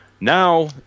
Now